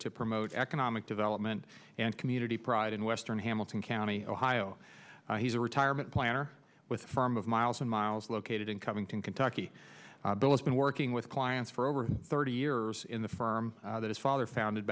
to promote economic development and community pride in western hamilton county ohio he's a retirement plan or with a firm of miles and miles located in covington kentucky bill it's been working with clients for over thirty years in the firm that is father founded